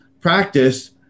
practice